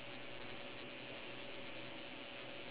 okay I understand that I understand okay